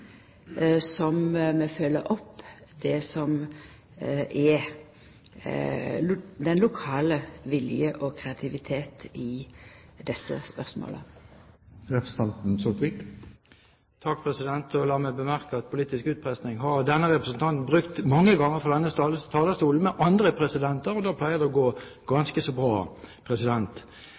som vi følgjer opp det som er den lokale viljen i desse spørsmåla. La meg bemerke at denne representanten har brukt uttrykket «politisk utpressing» mange ganger fra denne talerstolen, med andre presidenter, og da pleier det å gå ganske så bra.